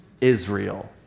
Israel